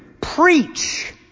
Preach